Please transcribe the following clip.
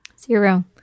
Zero